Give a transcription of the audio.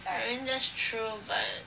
I mean that's true but